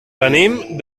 venim